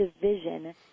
division